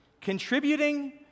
contributing